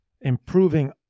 improving